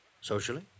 Socially